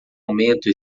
aumento